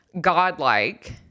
godlike